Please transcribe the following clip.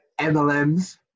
MLMs